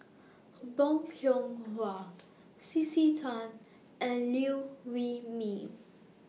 Bong Hiong Hwa C C Tan and Liew Wee Mee